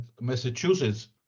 massachusetts